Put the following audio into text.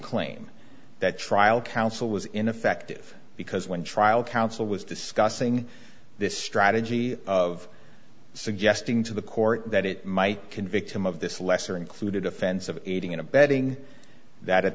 claim that trial counsel was ineffective because when trial counsel was discussing this strategy of suggesting to the court that it might convict him of this lesser included offense of aiding and abetting that at